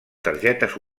targetes